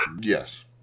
Yes